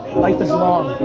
life is long.